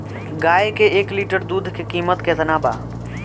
गाय के एक लिटर दूध के कीमत केतना बा?